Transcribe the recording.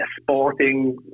sporting